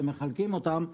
כשמחלקים אותם,